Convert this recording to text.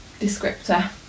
descriptor